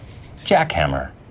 jackhammer